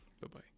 Bye-bye